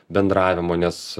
bendravimo nes